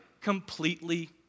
Completely